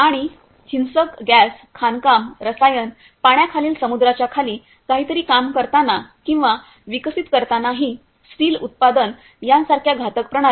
आणि हिंसक गॅस खाणकाम रसायन पाण्याखालील समुद्राच्या खाली काहीतरी काम करताना किंवा विकसित करतानाही स्टील उत्पादन यासारख्या घातक प्रणाली